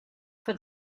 for